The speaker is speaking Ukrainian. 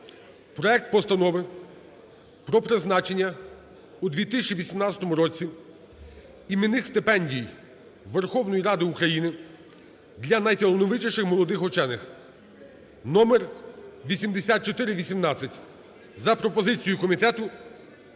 проект Постанови про призначення у 2018 році іменних стипендій Верховної Ради України для найталановитіших молодих учених (№ 8418) за пропозицією комітету